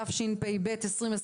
התשפ"ב-2021,